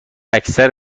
اکثر